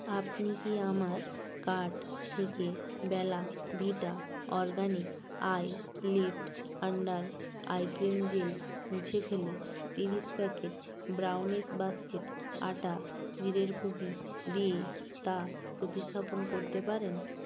আপনি কি আমার কার্ট থেকে Bella Vita organic eye lift under eye cream gel মুছে ফেলে তিরিশ প্যাকেট ব্রাউনিস বাস্কেট আটা জিরের কুকি দিয়ে তা প্রতিস্থাপন করতে পারেন